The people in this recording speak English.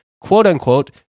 quote-unquote